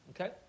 Okay